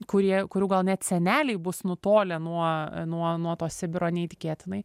kurie kurių gal net seneliai bus nutolę nuo nuo nuo to sibiro neįtikėtinai